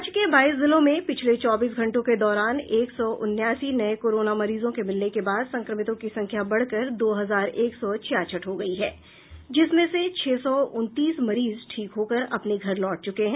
राज्य के बाईस जिलों में पिछले चौबीस घंटों के दौरान एक सौ उन्यासी नये कोरोना मरीजों के मिलने के बाद संक्रमितों की संख्या बढ़कर दो हजार एक सौ छियासठ हो गयी है जिसमें से छह सौ उनतीस मरीज ठीक होकर अपने घर लौट चुके हैं